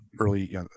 early